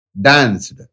danced